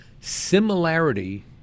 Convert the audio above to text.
similarity